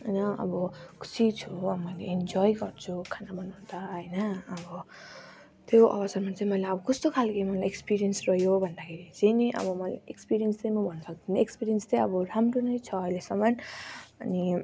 होइन अब खुसी छु अब मैले इन्जोय गर्छु खाना बनाउँदा होइन अब त्यो अवस्थामा चाहिँ अब मलाई कस्तो खाले एक्सपिरियन्स रह्यो भन्दाखेरि चाहिँ नि अब मलाई एक्सपिरियन्स चाहिँ म भन्न सक्दिनँ एक्सपिरियन्स चाहिँ अब राम्रो नै छ अहिलेसम्म अनि